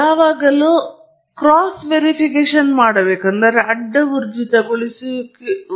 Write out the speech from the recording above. ಮತ್ತು ಕೆಲವೊಮ್ಮೆ ಇತಿಹಾಸಕಾರರಿಂದ ಬರುವ ಡೇಟಾದಲ್ಲಿ ಉಂಟಾಗಬಹುದಾದ ಪರಿಮಾಣದ ದೋಷಗಳು ಅಥವಾ ಸಂಕುಚನ ದೋಷಗಳನ್ನು ನಿರ್ಣಯಿಸಲು ಅಗತ್ಯವಾಗಬಹುದು